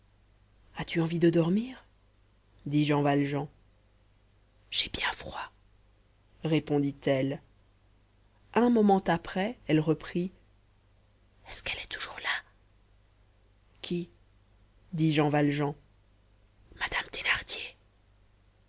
as-tu envie de dormir dit jean valjean j'ai bien froid répondit-elle un moment après elle reprit est-ce qu'elle est toujours là qui dit jean valjean madame thénardier